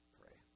pray